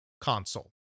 console